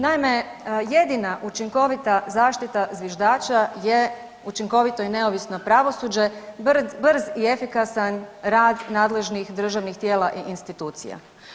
Naime, jedina učinkovita zaštita zviždača je učinkovito i neovisno pravosuđe, brz i efikasan rad nadležnih državnih tijela i institucija.